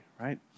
right